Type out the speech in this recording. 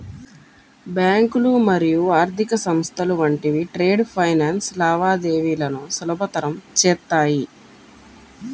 బ్యాంకులు మరియు ఆర్థిక సంస్థలు వంటివి ట్రేడ్ ఫైనాన్స్ లావాదేవీలను సులభతరం చేత్తాయి